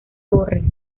torres